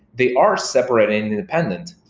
they are separate and independent.